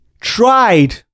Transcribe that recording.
tried